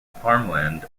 farmland